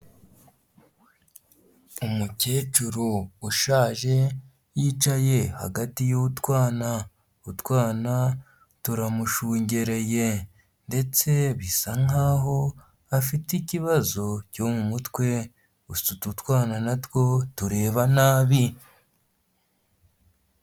Umukecuru ushaje yicaye hagati y'utwana. Utwana turamushungereye ndetse bisa nk'aho afite ikibazo cyo mu mutwe, gusa utu twana na two tureba nabi.